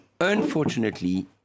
unfortunately